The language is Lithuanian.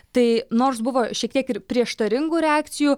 tai nors buvo šiek tiek ir prieštaringų reakcijų